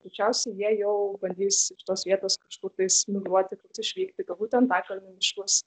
greičiausiai jie jau bandys tos vietos kažkurtais migruoti išvykti galbūt į antakalnio miškus